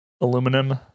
aluminum